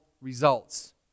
results